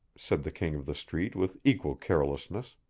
said the king of the street with equal carelessness.